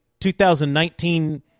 2019